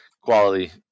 quality